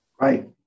Right